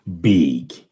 big